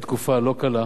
כי התקופה לא קלה,